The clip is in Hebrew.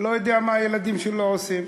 לא יודע מה הילדים שלו עושים.